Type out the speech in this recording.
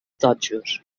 totxos